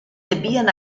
debían